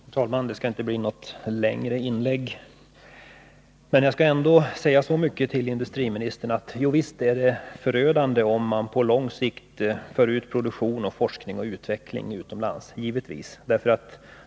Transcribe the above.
Herr talman! Det här skall inte bli något längre inlägg, men jag vill ändå säga till industriministern att det givetvis är förödande om man på lång sikt för ut produktion, forskning och utveckling till utlandet.